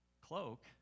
cloak